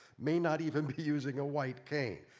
may not even be using a white cane.